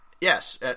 Yes